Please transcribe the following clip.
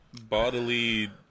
bodily